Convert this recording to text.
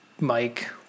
Mike